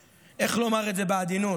איך לומר את זה בעדינות,